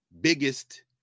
biggest